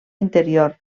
interior